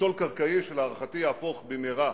מכשול קרקעי, שלהערכתי יהפוך במהרה